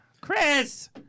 Chris